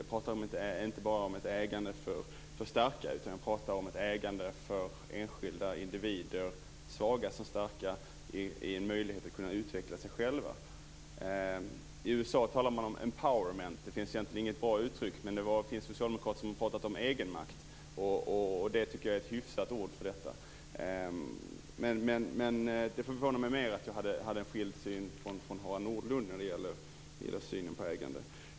Jag talar inte bara om ett ägande för starka, utan jag tala om ett ägande för enskilda individer svaga som starka som ger en möjlighet att kunna utveckla sig själv. I USA talar man om empowerment. Det finns egentligen inget bra uttryck på svenska, men det finns socialdemokrater som talat om egenmakt. Det tycker jag är ett hyfsat ord för detta. Det förvånade mig mer att jag och Harald Nordlund hade en skild syn på ägande.